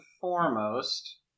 foremost